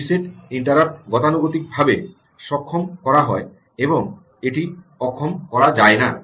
reset interrupt গতানুগতিক ভাবে সক্ষম করা হয় এবং এটি অক্ষম করা যায় না